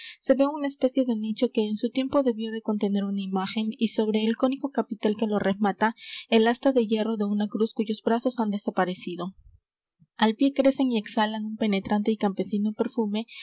se ve una especie de nicho que en su tiempo debió de contener una imagen y sobre el cónico capitel que lo remata el asta de hierro de una cruz cuyos brazos han desaparecido al pie crecen y exhalan un penetrante y campesino perfume